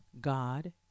god